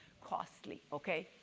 costly, okay?